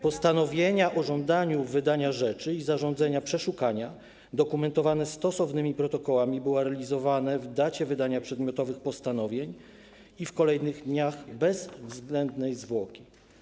Postanowienia o żądaniu wydania rzeczy i zarządzenia przeszukania dokumentowane stosownymi protokołami były realizowane w dacie wydania przedmiotowych postanowień i w kolejnych dniach bez zbędnej zwłoki.